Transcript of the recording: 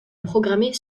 programmer